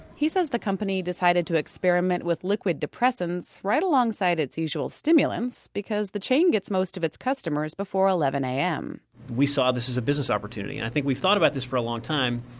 he says the company decided to experiment with liquid depressants right alongside its usual stimulants because the chain gets most of its customers before eleven a m we saw this as a business opportunity. and i think we've thought about this for a long time,